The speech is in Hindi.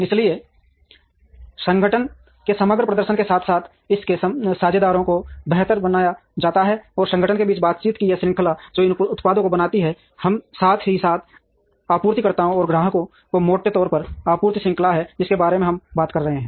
इसलिए संगठन के समग्र प्रदर्शन के साथ साथ इसके साझेदारों को बेहतर बनाया जाता है और संगठन के बीच बातचीत की यह श्रृंखला जो इन उत्पादों को बनाती है साथ ही साथ आपूर्तिकर्ताओं और ग्राहकों को मोटे तौर पर आपूर्ति श्रृंखला है जिसके बारे में हम बात कर रहे हैं